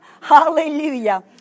Hallelujah